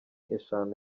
eshanu